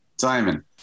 Simon